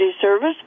service